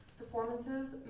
performances,